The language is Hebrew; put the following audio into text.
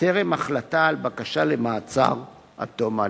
טרם החלטה על בקשה למעצר עד תום ההליכים.